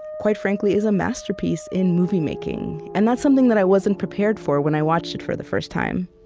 quite frankly, is a masterpiece in movie making. and that's something that i wasn't prepared for when i watched it for the first time